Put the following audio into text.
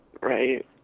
Right